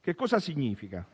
Che cosa significa?